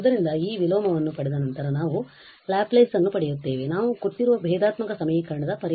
ಆದ್ದರಿಂದ ಈ ವಿಲೋಮವನ್ನು ಪಡೆದ ನಂತರ ನಾವು ಲ್ಯಾಪ್ಲೇಸ್ ಅನ್ನು ಪಡೆಯುತ್ತೇವೆ ನಾವು ಕೊಟ್ಟಿರುವ ಭೇದಾತ್ಮಕ ಸಮೀಕರಣದdifferential equation